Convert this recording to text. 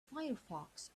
firefox